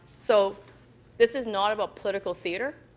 so this is not about political theater.